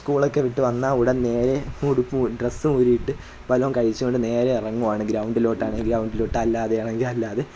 സ്കൂളൊക്കെ വിട്ടു വന്നാൽ ഉടൻ നേരെ ഉടുപ്പുവൂ ഡ്രെസ്സും ഊരിയിട്ട് വല്ലതും കഴിച്ചു കൊണ്ട് നേരെ ഇറങ്ങുകയാണ് ഗ്രൗണ്ടിലോട്ടാണെ ഗ്രൗണ്ടിലോട്ട് അല്ലാതെയാണെങ്കിൽ അല്ലാതെ